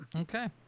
Okay